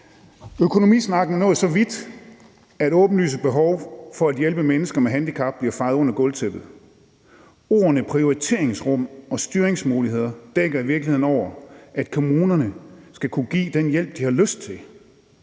»Økonomisnakken er nået så vidt, at åbenlyse behov for at hjælpe mennesker med handicap bliver fejet under gulvtæppet. Ordene prioriteringsrum og styringsmuligheder dækker i virkeligheden over, at kommunerne skal kunne give den hjælp, de har lyst til.